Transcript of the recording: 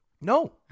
No